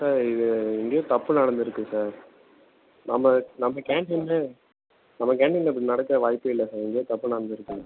sir இது எங்கேயோ தப்பு நடந்திருக்கு சார் நம்ப நம்ம கேண்டீனில் நம்ம கேண்டீனில் இப்படி நடக்க வாய்ப்பே இல்லை சார் எங்கேயோ தப்பு நடந்திருக்கு